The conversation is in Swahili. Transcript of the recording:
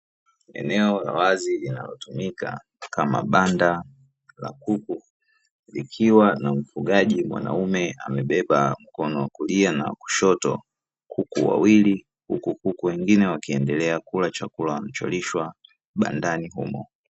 Eneo la wazi linalotumika kama banda la kuku likiwa na mfugaji mwanaume amebeba mkono wa kulia na kushoto kuku wawili huku wengine wakiendelea kula chakula wanacholishwa bandani humo.